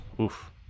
oof